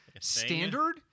standard